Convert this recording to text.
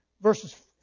verses